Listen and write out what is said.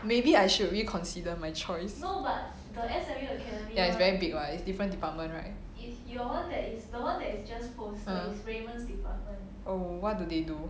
maybe I should reconsider my choice ya it's very big [one] it's different department right hmm oh what do they do